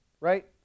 right